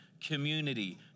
community